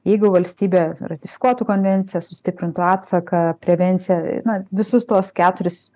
jeigu valstybė ratifikuotų konvenciją sustiprintų atsaką prevenciją na visus tuos keturis